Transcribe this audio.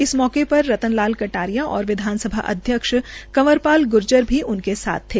इस मौके र श्री रतन लाल कटारिया और विधानसभा अध्यक्ष कंवर ाल ग्र्जर भी साथ थे